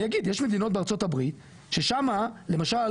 אני אגיד יש מדינות בארצות הברית ששמה למשל